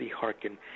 hearken